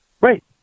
Right